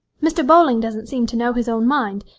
mr. bowling doesn't seem to know his own mind,